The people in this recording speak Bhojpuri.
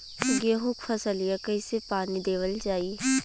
गेहूँक फसलिया कईसे पानी देवल जाई?